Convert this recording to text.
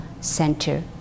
center